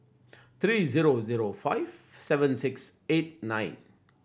three zero zero five seven six eight nine